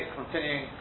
continuing